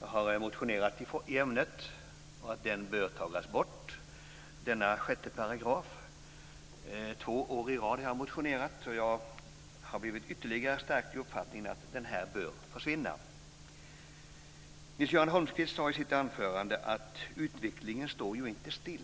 Jag har två år i rad motionerat om att jag anser att den bör tas bort, och jag har blivit ytterligare stärkt i uppfattningen att den bör försvinna. Nils-Göran Holmqvist sade i sitt anförande att utvecklingen inte står still.